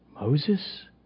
Moses